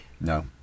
no